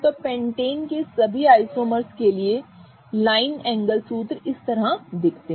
तो पेंटेन के सभी आइसोमर्स के लिए लाइन एंगल सूत्र इस तरह दिखते हैं